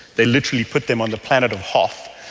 they literally put them on the planet of hoth,